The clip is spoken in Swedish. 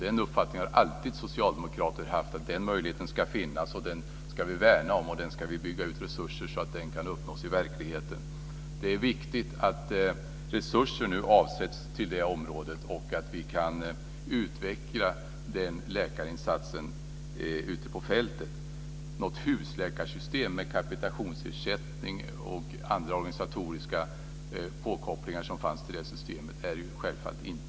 Den uppfattningen har alltid socialdemokrater haft. Den möjligheten ska finnas, den ska vi värna och vi ska bygga upp resurser så att den kan uppnås i verkligheten. Det är viktigt att resurser nu avsätts till det området och att vi kan utveckla den läkarinsatsen ute på fältet. Något husläkarsystem med capitationsersättning och andra organisatoriska påkopplingar som fanns i det systemet är det här självfallet inte.